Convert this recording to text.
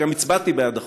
וגם הצבעתי בעד החוק,